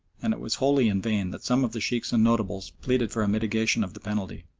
and it was wholly in vain that some of the sheikhs and notables pleaded for a mitigation of the penalty.